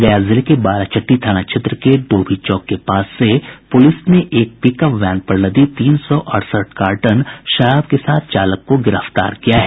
गया जिले के बाराचट्टी थाना क्षेत्र के डोभी चौक के पास से पुलिस ने एक पिकअप वैन पर लदी तीन सौ अड़सठ कार्टन शराब के साथ चालक को गिरफ्तार किया है